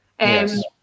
Yes